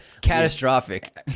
Catastrophic